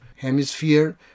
Hemisphere